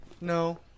No